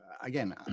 again